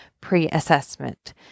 pre-assessment